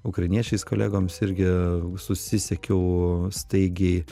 ukrainiečiais kolegomis irgi susisiekiau staigiai